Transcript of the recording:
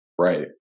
Right